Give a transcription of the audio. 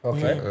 Okay